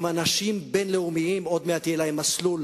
הם אנשים בין-לאומיים, עוד מעט יהיה להם מסלול